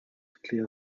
clear